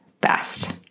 best